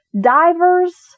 Divers